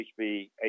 HB